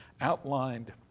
outlined